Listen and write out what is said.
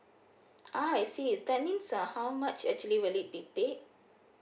ah I see that means uh how much actually will we be paid